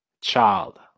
child